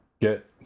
get